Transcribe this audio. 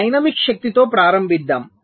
dynamic శక్తితో ప్రారంభిద్దాం